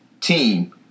team